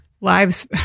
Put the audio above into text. lives